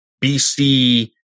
BC